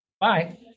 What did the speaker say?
Bye